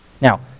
now